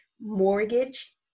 mortgage